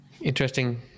Interesting